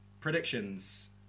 Predictions